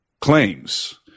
claims